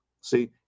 See